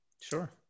Sure